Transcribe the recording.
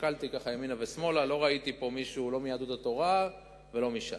הסתכלתי ימינה ושמאלה ולא ראיתי פה מישהו מיהדות התורה או מש"ס.